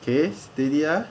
okay steady ah